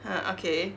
!huh! okay